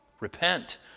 Repent